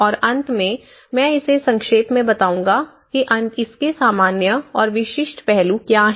और अंत में मैं इसे संक्षेप में बताऊंगा कि इसके सामान्य और विशिष्ट पहलू क्या हैं